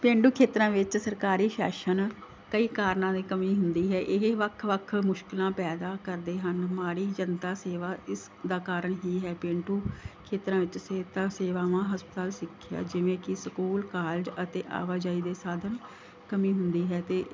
ਪੇਂਡੂ ਖੇਤਰਾਂ ਵਿੱਚ ਸਰਕਾਰੀ ਸ਼ਾਸਨ ਕਈ ਕਾਰਨਾਂ ਦੀ ਕਮੀ ਹੁੰਦੀ ਹੈ ਇਹ ਵੱਖ ਵੱਖ ਮੁਸ਼ਕਲਾਂ ਪੈਦਾ ਕਰਦੇ ਹਨ ਮਾੜੀ ਜਨਤਾ ਸੇਵਾ ਇਸ ਦਾ ਕਾਰਨ ਹੀ ਹੈ ਪੇਂਡੂ ਖੇਤਰਾਂ ਵਿੱਚ ਸਿਹਤ ਸੇਵਾਵਾਂ ਹਸਪਤਾਲ ਸਿੱਖਿਆ ਜਿਵੇਂ ਕਿ ਸਕੂਲ ਕਾਲਜ ਅਤੇ ਆਵਾਜਾਈ ਦੇ ਸਾਧਨ ਕਮੀ ਹੁੰਦੀ ਹੈ ਅਤੇ